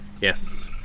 Yes